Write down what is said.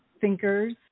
thinkers